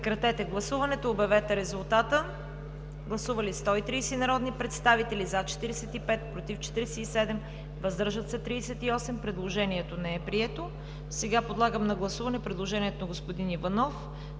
по прегласуване. Гласували 130 народни представители: за 45, против 47, въздържали се 38. Предложението не е прието. Подлагам на гласуване предложението на господин Иванов